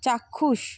চাক্ষুষ